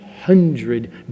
hundred